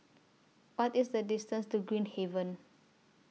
What IS The distance to Green Haven